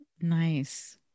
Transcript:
Nice